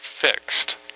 fixed